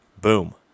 Boom